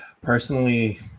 Personally